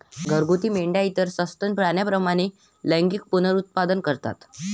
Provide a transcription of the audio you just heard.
घरगुती मेंढ्या इतर सस्तन प्राण्यांप्रमाणे लैंगिक पुनरुत्पादन करतात